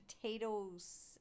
potatoes